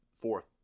Fourth